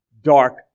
dark